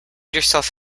yourself